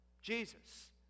Jesus